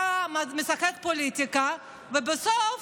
אתה משחק פוליטיקה, ובסוף,